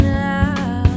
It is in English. now